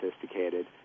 sophisticated